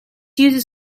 uses